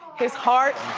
his heart.